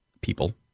people